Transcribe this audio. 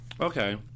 Okay